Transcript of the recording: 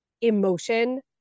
emotion